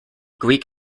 greek